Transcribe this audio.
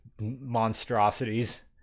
monstrosities